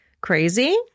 crazy